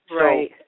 Right